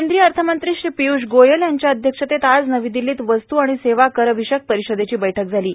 केंद्रीय अर्थमंत्री श्री पियूष गोयल यांच्या अध्यक्षतेत आज नवी दिल्लीत वस्तू आणि सेवा कर विषयक परिषदेची बैठक सुरू आहे